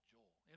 Joel